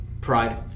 Pride